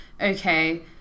okay